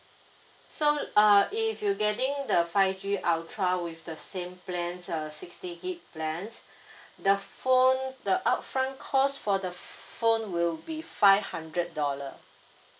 so err if you getting the five G ultra with the same plans err sixty gig plans the phone the upfront cost for the phone will be five hundred dollar